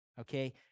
okay